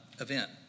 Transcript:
event